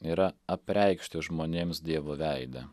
yra apreikšti žmonėms dievo veidą